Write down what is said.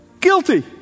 Guilty